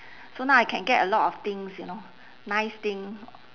so now I can get a lot of things you know nice thing